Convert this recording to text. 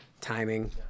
timing